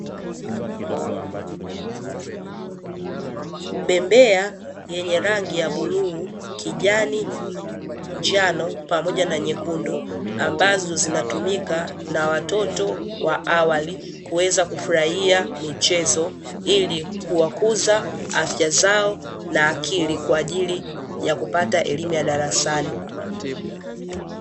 Bembea yenye rangi ya bluu, kijani, njano pamoja na nyekundu ambazo zinatumika na watoto wa awali, kuweza kufurahia michezo ili kuwakuza afya zao na akili kwajili ya kupata elimu ya darasani.